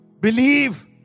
believe